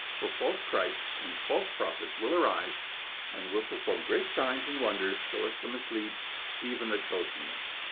for false christs and false prophets will arise and will perform great signs and wonders so as to mislead even the chosen ones.